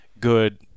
good